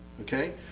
okay